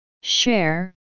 Share